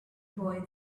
boy